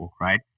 right